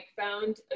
found